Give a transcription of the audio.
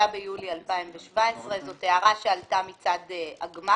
שהתקיימה ב-25 ביולי 2017. זאת הערה שעלתה מצד הגמ"חים